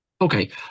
Okay